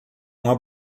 uma